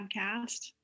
podcast